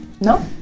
No